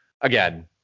again